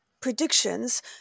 predictions